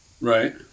Right